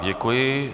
Děkuji.